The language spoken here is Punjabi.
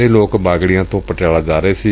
ਇਹ ਲੋਕ ਬਾਗੜੀਆਂ ਤੋਂ ਪਟਿਆਲਾ ਵੱਲ ਜਾ ਰਹੇ ਸਨ